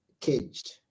Caged